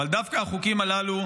אבל דווקא החוקים הללו,